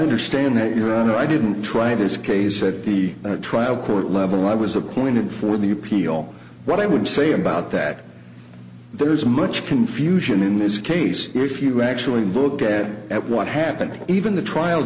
understand that you know i didn't try this case said the trial court level i was appointed for the appeal but i would say about that there is much confusion in this case if you actually book and at what happened even the trial